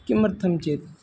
किमर्थं चेत्